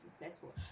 successful